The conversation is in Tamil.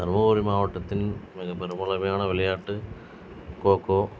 தருமபுரி மாவட்டத்தின் மிக விளையாட்டு கோகோ